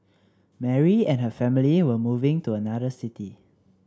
Mary and her family were moving to another city